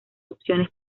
opciones